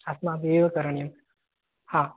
अस्माभिः एव करणीयम् हा